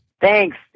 Thanks